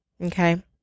okay